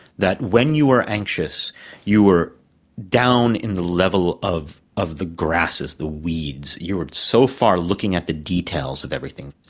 that when you were anxious you were down in the level of of the grasses, the weeds you were so far looking at the details of everything,